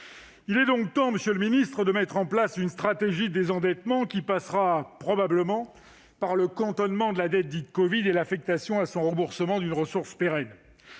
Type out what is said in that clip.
Il est donc temps, monsieur le ministre, de mettre en place une stratégie de désendettement, qui passera probablement par le cantonnement de la dette dite « covid » et l'affectation d'une ressource pérenne